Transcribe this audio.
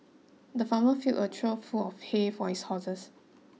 the farmer filled a trough full of hay for his horses